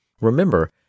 remember